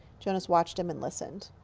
jonas watched him, and listened.